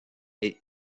est